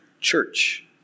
church